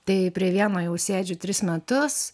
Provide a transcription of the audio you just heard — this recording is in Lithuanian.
tai prie vieno jau sėdžiu tris metus